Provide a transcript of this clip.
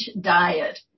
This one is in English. diet